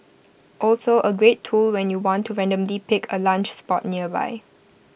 also A great tool when you want to randomly pick A lunch spot nearby